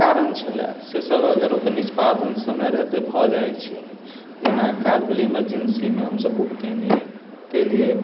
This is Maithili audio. कारण छलै से सब अगर ओकर निष्पादन समय रहिते भऽ जाइ छै जेना कार एमरजेन्सीमे बुक केने कएलियै